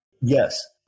Yes